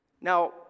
Now